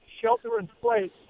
shelter-in-place